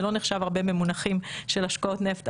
זה לא נחשב הרבה במונחים של השקעות נפט,